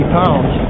pounds